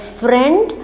friend